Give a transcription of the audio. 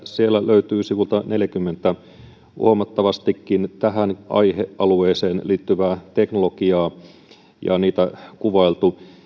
siellä löytyy sivulta neljänkymmenen huomattavastikin tähän aihealueeseen liittyvää teknologiaa ja sitä on kuvailtu